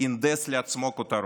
הנדס לעצמו כותרות.